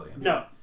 No